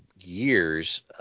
years